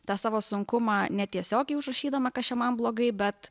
tą savo sunkumą netiesiogiai užrašydama kas čia man blogai bet